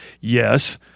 yes